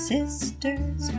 Sisters